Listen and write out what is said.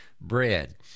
bread